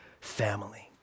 family